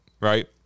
right